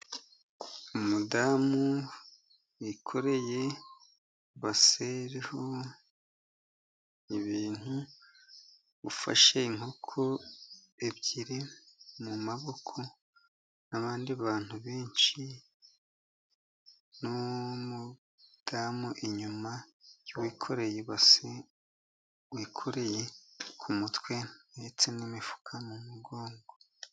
Umudamu wikoreye ibase iriho ibintu, ufashe inkoko ebyiri mu maboko, n'abandi bantu benshi, n'umudamu inyuma y'uwikoreye ibase, wikoreye ku mutwe, ndetse n'imifuka mu mugongo.